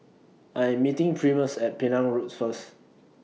I Am meeting Primus At Penang Road First